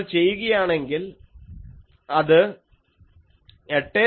നിങ്ങൾ അത് ചെയ്യുകയാണെങ്കിൽ അത് 8